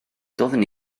doeddwn